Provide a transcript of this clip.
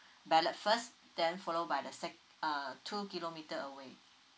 ballot first then follow by the second uh two kilometer away